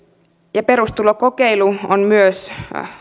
perustulokokeilu on myös